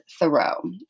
Thoreau